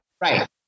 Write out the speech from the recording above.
Right